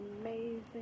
amazing